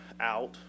out